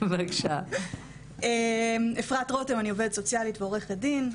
שמי אפרת רותם, אני עובדת סוציאלית ועורכת דין.